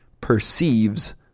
perceives